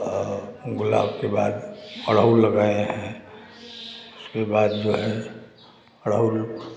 और गुलाब के बाद अरहुल लगाएँ हैं उसके बाद जो है अरहुल